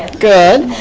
ah good.